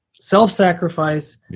self-sacrifice